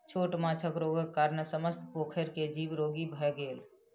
छोट माँछक रोगक कारणेँ समस्त पोखैर के जीव रोगी भअ गेल